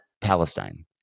Palestine